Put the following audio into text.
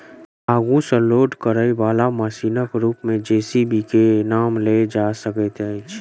आगू सॅ लोड करयबाला मशीनक रूप मे जे.सी.बी के नाम लेल जा सकैत अछि